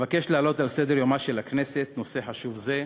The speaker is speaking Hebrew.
אבקש להעלות על סדר-יומה של הכנסת נושא חשוב זה,